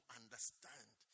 understand